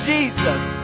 Jesus